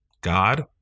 God